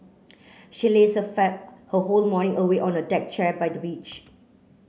she laze a fan her whole morning away on a deck chair by the beach